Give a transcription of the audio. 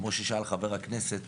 כמו ששאל חבר הכנסת,